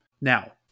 Now